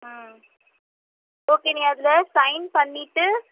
ம் ஓகே நீ அதில் சைன் பண்ணிவிட்டு